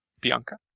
Bianca